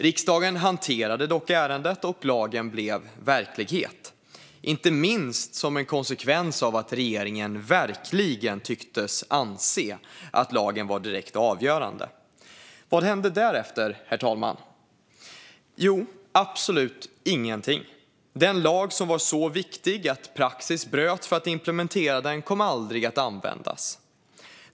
Riksdagen hanterade dock ärendet, och lagen blev verklighet - inte minst som en konsekvens av att regeringen verkligen tycktes anse att lagen var direkt avgörande. Vad hände därefter, herr talman? Jo, absolut ingenting. Den lag som var så viktig att praxis bröts för att implementera den kom aldrig att användas.